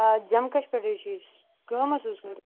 آ جمکش پٮ۪ٹھ حظ چھِ أسۍ کٲم حظ